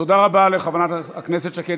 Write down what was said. רבה לחברת הכנסת שקד.